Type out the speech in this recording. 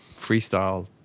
freestyle